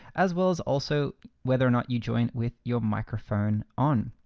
as well as also whether or not you joined with your microphone on.